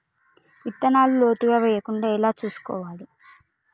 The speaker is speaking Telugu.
విత్తనాలు లోతుగా వెయ్యకుండా ఎలా చూసుకోవాలి?